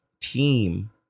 team